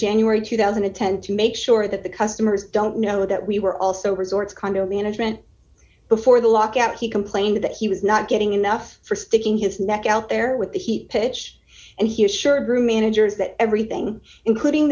january two thousand and ten to make sure that the customers don't know that we were also resorts condo management before the lockout he complained that he was not getting enough for sticking his neck out there with the heat pitch and he assured room managers that everything including